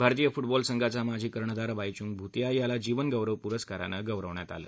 भारतीय फुटबॉल संघाचा माजी कर्णधार बायचुंग भुतिया याला जीवनगौरव पुरस्कारानं गौरवण्यात आलं